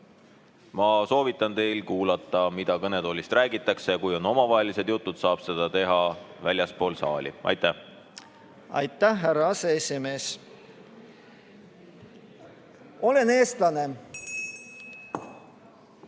Ma soovitan teil kuulata, mida kõnetoolist räägitakse. Kui on omavahelised jutud, siis neid saab rääkida väljaspool saali. Aitäh! Aitäh, härra aseesimees! Olen eestlane,